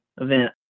event